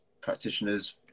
practitioners